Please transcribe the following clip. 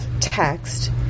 text